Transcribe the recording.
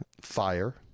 fire